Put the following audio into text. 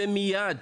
ומייד.